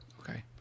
Okay